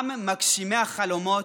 עם מגשימי החלומות,